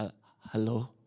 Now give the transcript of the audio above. Hello